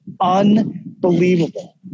unbelievable